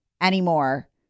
anymore